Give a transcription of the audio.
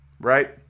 right